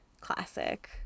classic